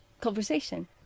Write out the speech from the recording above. conversation